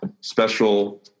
special